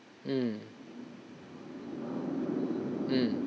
mm mm